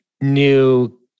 new